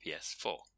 PS4